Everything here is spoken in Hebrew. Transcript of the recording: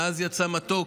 מעז יצא מתוק.